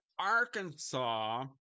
Arkansas